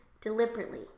deliberately